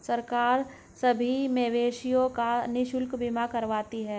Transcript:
सरकार सभी मवेशियों का निशुल्क बीमा करवा रही है